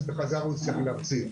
אז הוא יצטרך להחזיר.